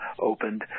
opened